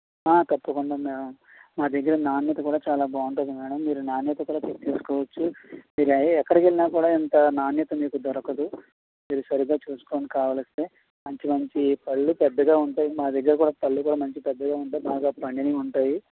ఖచ్చితంగా మేడం మా దగ్గర నాణ్యత కూడా చాలా బాగుంటుంది మేడం మీరు నాణ్యత కూడా చెక్ చేసుకోవచ్చు మీరు ఎక్కడికి వెళ్ళినా కూడా ఇంత నాణ్యత మీకు దొరకదు మీరు సరిగా చూసుకోండి కావాలంటే మంచి మంచి పళ్ళు పెద్దగా ఉంటాయి మా దగ్గర కూడా పళ్ళు కూడా మంచి పెద్దగా ఉంటాయి బాగా పండినవి ఉంటాయి